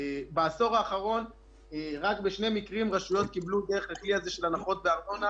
בעשור האחרון רק בשני מקרים רשויות קיבלו דרך הכלי של הנחות בארנונה.